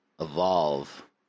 evolve